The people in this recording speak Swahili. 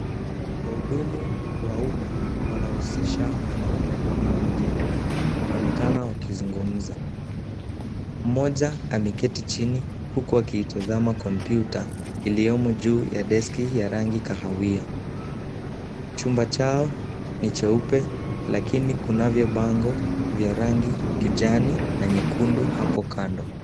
Wahudumu wa umma wanaohusisha wanaume na wanawake wanaonekana wakizungumza. Mmoja ameketi chini huku akiitazama kompyuta iliyomo juu ya deski ya rangi kahawia. Chumba chao ni cheupe lakini kunavyo bango vya rangi kijani na nyekundu hapo kando.